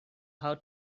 how